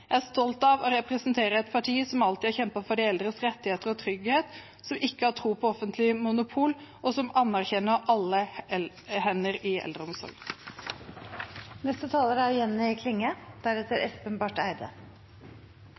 Jeg er stolt av å representere et parti som alltid har kjempet for de eldres rettigheter og trygghet, som ikke har tro på offentlig monopol, og som anerkjenner alle hender i eldreomsorgen. Alle som er